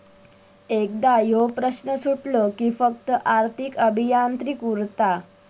एकदा ह्यो प्रश्न सुटलो कि फक्त आर्थिक अभियांत्रिकी उरता